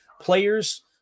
players